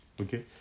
okay